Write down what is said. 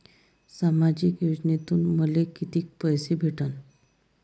सामाजिक योजनेतून मले कितीक पैसे भेटन?